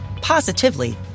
positively